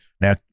now